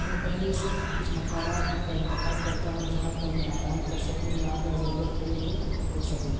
میں پہلے سے کچھ مقامات کا انتخاب کرتا ہوں جہاں پر میں آرام کر سکوں یا اگر ضرورت پڑے تو رک سکوں